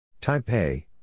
Taipei